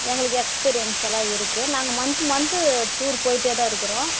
எங்களுக்கு எக்ஸ்பீரியன்ஸ் எல்லாம் இருக்குது நாங்கள் மந்த்து மந்த்து டூர் போயிகிட்டே தான் இருக்கிறோம்